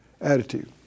attitude